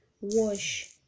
wash